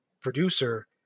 producer